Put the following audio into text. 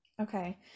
Okay